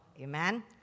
Amen